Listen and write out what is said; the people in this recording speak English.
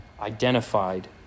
identified